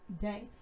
day